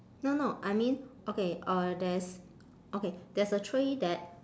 no no I mean okay uh there's okay there's a tray that